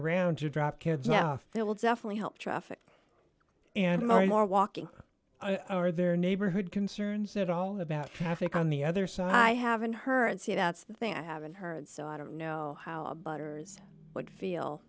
around to drop kids out there will definitely help traffic and more and more walking i are their neighborhood concerns at all about traffic on the other side i haven't heard see that's the thing i haven't heard so i don't know how butters would feel